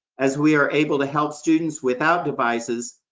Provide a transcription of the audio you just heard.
as we are able to help students without devices,